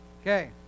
Okay